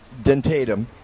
Dentatum